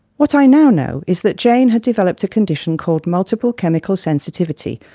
what i now know is that jane had developed a condition called multiple chemical sensitivity,